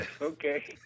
Okay